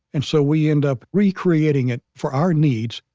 and so we end up re-creating it for our needs,